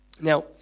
now